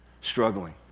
struggling